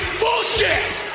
bullshit